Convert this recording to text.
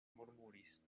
murmuris